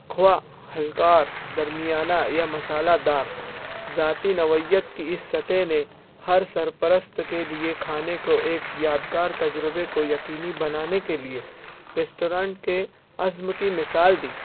خواہ ہلکار درمیانہ یا مسالہ دار ذاتی نوعیت کی اس سطح نے ہر سرپرست کے لیے کھانے کو ایک یادگار تجربے کو یقینی بنانے کے لیے ریسٹورانٹ کے عزم کی مثال دی